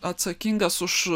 atsakingas už